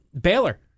Baylor